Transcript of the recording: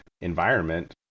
environment